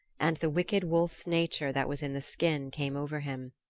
and the wicked wolf's nature that was in the skin came over him.